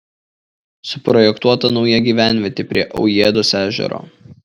suprojektuota nauja gyvenvietė prie aujėdo ežero